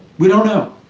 we don't know.